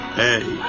hey